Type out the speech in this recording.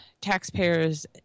taxpayers